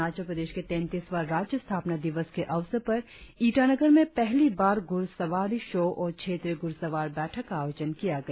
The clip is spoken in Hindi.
अरुणाचल प्रदेश के तैंतीसवां राज्य स्थापना दिवस के अवसर पर ईटानगर में पहली बार घुड़सवारी शो और क्षेत्रीय घुड़सवार बैठक का आयोजन किया गया